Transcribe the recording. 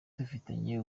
dufitanye